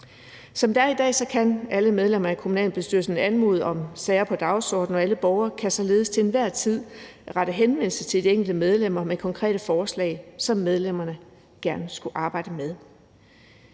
Som det er i dag, kan alle medlemmer af kommunalbestyrelsen anmode om at få sager på dagsordenen, og alle borgere kan således til enhver tid rette henvendelse til de enkelte medlemmer med konkrete forslag, som medlemmerne gerne skulle arbejde med.